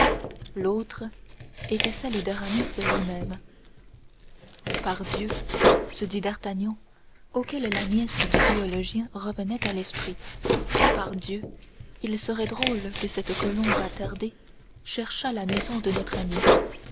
l'autre était celle d'aramis lui-même pardieu se dit d'artagnan auquel la nièce du théologien revenait à l'esprit pardieu il serait drôle que cette colombe attardée cherchât la maison de notre ami